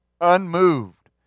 unmoved